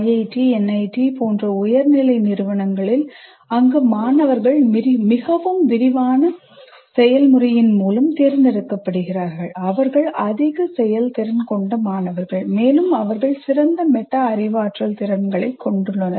IIT NIT போன்ற உயர்நிலை நிறுவனங்களில் அங்கு மாணவர்கள் மிகவும் விரிவான செயல்முறையின் மூலம் தேர்ந்தெடுக்கப்படுகிறார்கள் அவர்கள் அதிக செயல்திறன் கொண்ட மாணவர்கள் மேலும் அவர்கள் சிறந்த மெட்டா அறிவாற்றல் திறன்களைக் கொண்டுள்ளனர்